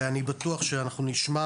אני אמרתי שוב: